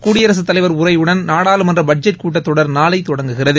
குடியரசுத் தலைவர் உரையுடன் நாடாளுமன்ற பட்ஜெட் கூட்டத் தொடர் நாளை தொடங்குகிறது